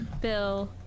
Bill